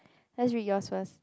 let's read yours first